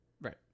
Right